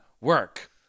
work